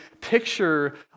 picture